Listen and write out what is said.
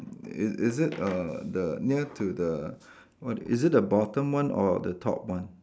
i~ is it err the near to the what is it the bottom one or the top one